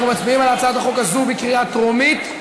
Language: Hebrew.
אנחנו מצביעים על הצעת החוק הזאת בקריאה טרומית,